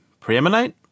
preeminate